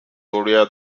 korea